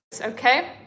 okay